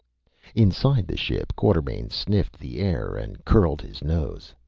inside the ship, quartermain sniffed the air and curled his nose.